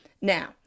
now